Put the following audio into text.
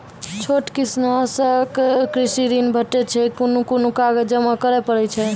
छोट किसानक कृषि ॠण भेटै छै? कून कून कागज जमा करे पड़े छै?